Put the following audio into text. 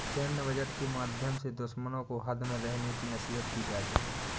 सैन्य बजट के माध्यम से दुश्मनों को हद में रहने की नसीहत दी जाती है